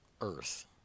earth